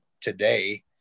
today